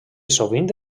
sovint